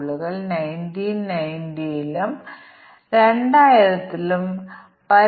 ഒരു cause effect ഗ്രാഫിന്റെ രൂപത്തിൽ പ്രശ്നം